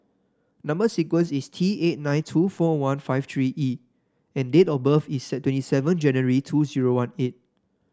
number sequence is T eight nine two four one five three E and date of birth is twenty seven January two zero one eight